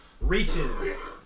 reaches